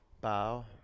bow